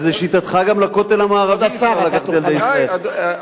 אז לשיטתך גם לכותל המערבי צריך, את ילדי ישראל.